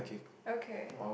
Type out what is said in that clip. okay